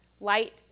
light